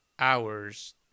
Hours